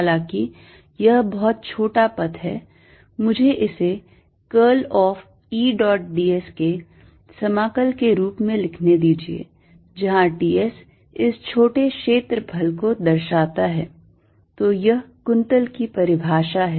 हालाँकि यह बहुत छोटा पथ है मुझे इसे curl of E dot d s के समाकल के रूप में लिखने दीजिए जहां d s इस छोटे क्षेत्रफल को दर्शाता है तो यह कुंतल की परिभाषा है